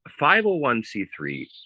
501c3